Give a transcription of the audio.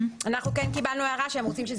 אנחנו כן קיבלנו הערה שהם רוצים שזה